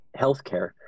Healthcare